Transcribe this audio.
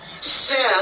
sin